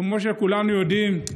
כמו שכולנו יודעים,